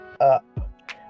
up